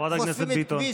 חברת הכנסת ביטון.